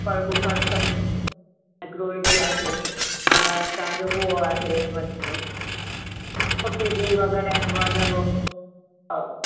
cooker वुकर सभु हिकिड़ो हे बि आहे तव्हांजो उहो आहे ओटीजी वग़ैरह